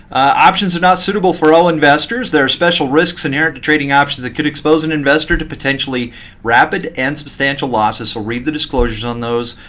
options are not suitable for all investors. there are special risks inherent to trading options that could expose an investor to potentially rapid and substantial losses, so read the disclosures on those.